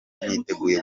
niteguye